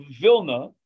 Vilna